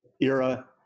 era